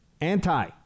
Anti